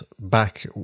back